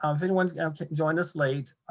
um if anyone's joined us late,